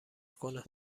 کنه